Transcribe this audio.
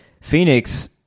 phoenix